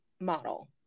model